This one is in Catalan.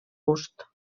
gust